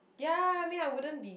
ya I mean I wouldn't be